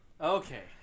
Okay